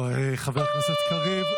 לא, חבר הכנסת קריב.